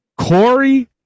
Corey